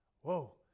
Whoa